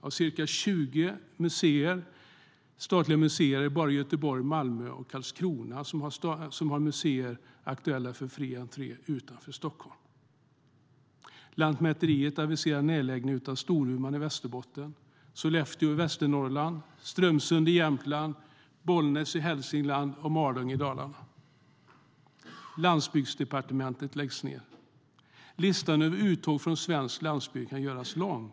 Av ca 20 statliga museer är det bara Göteborg, Malmö och Karlskrona som har museer aktuella för fri entré utanför Stockholm.Landsbygdsdepartementet läggs ned. Listan över uttåget från svensk landsbygd kan göras lång.